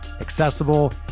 accessible